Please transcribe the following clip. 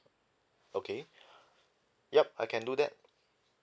okay ya I can do that